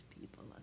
people